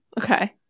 Okay